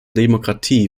demokratie